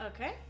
Okay